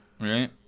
right